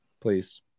Please